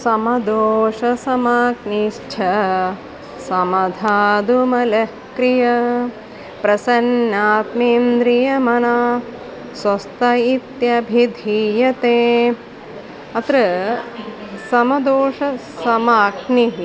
समदोष समाग्निच्श्र समधातुमलक्रिय प्रसन्नात्मेन्द्रियमना स्वस्थ इत्यभिधीयते अत्र समदोषसमाग्निः